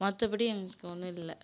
மற்றப்படி எங்களுக்கு ஒன்றும் இல்லை